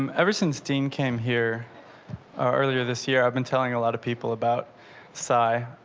um ever since dean came here earlier this year, i've been telling a lot of people about psi.